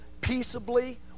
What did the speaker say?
peaceably